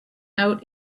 out